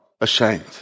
ashamed